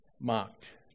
mocked